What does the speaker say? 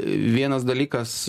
vienas dalykas